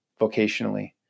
vocationally